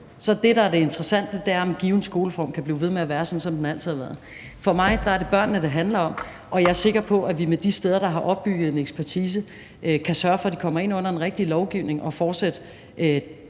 Så det, der er det interessante, er, om en given skoleform kan blive ved med at være sådan, som den altid har været. For mig er det børnene, det handler om, og jeg er sikker på, at vi med de steder, der har opbygget en ekspertise, kan sørge for, at de kommer ind under den rigtige lovgivning og kan fortsætte